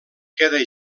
queda